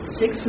six